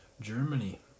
Germany